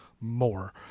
more